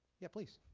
yeah, please.